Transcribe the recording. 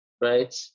right